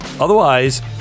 Otherwise